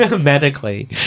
medically